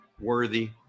worthy